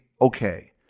okay